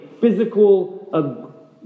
physical